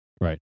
Right